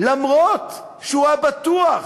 למרות שהוא היה בטוח